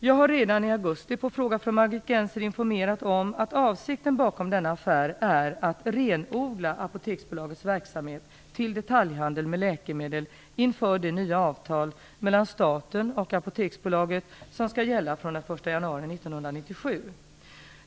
Jag har redan i augusti på fråga från Margit Gennser informerat om att avsikten bakom denna affär är att renodla Apoteksbolagets verksamhet till detaljhandel med läkemedel inför det nya avtal mellan staten och Apoteksbolaget som skall gälla från den 1 januari 1997.